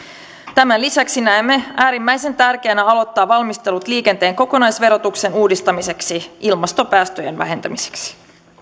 tämän lisäksi näemme äärimmäisen tärkeänä aloittaa valmistelut liikenteen kokonaisverotuksen uudistamiseksi ilmastopäästöjen vähentämiseksi